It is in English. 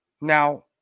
Now